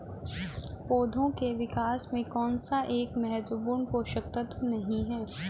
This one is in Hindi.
पौधों के विकास में कौन सा एक महत्वपूर्ण पोषक तत्व नहीं है?